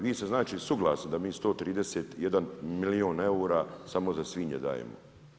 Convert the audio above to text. Vi ste znali suglasni da mi 131 milijun eura samo za svinje dajemo?